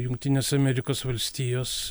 jungtines amerikos valstijos